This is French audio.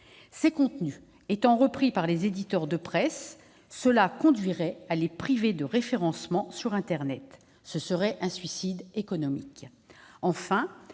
Ces contenus étant repris par les éditeurs de presse, cela conduirait à priver ces derniers de référencement sur internet ; ce serait un suicide économique.